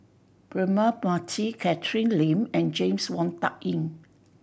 Braema Mathi Catherine Lim and James Wong Tuck Yim